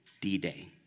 D-Day